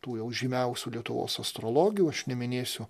tų jau žymiausių lietuvos astrologių aš neminėsiu